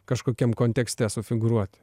kažkokiam kontekste sufigūruoti